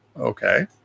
Okay